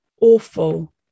awful